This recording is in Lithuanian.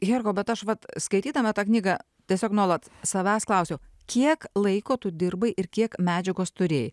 herkau bet aš vat skaitydama tą knygą tiesiog nuolat savęs klausiau kiek laiko tu dirbai ir kiek medžiagos turėj